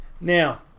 Now